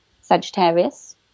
Sagittarius